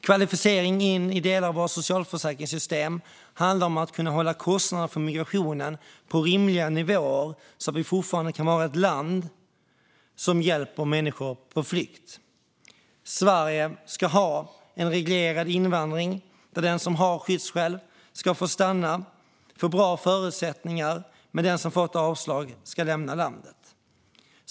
Kvalificering in i delar av våra socialförsäkringssystem handlar om att kunna hålla kostnader för migrationen på rimliga nivåer, så att vi fortfarande kan vara ett land som hjälper människor på flykt. Sverige ska ha en reglerad invandring, där den som har skyddsskäl ska få stanna och få bra förutsättningar. Men den som har fått avslag ska lämna landet.